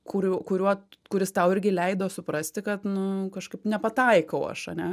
kurių kuriuo kuris tau irgi leido suprasti kad nu kažkaip nepataikau aš ane